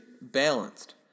balanced